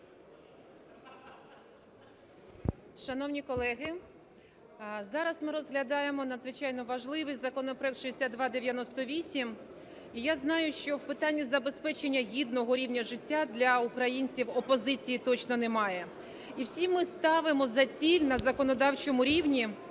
Шановні колеги, зараз ми розглядаємо надзвичайно важливий законопроект 6298. І я знаю, що в питанні забезпечення гідного рівня життя для українців опозиції точно немає. І всі ми ставимо за ціль на законодавчому рівні